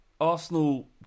Arsenal